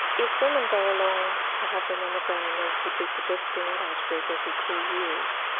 if women go along to have their mammogram as would be suggested in that age group every two years,